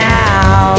now